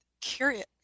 curious